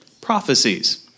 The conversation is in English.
prophecies